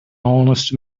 honest